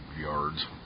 yards